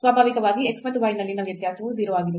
ಸ್ವಾಭಾವಿಕವಾಗಿ x ಮತ್ತು y ನಲ್ಲಿನ ವ್ಯತ್ಯಾಸವು 0 ಆಗಿರುತ್ತದೆ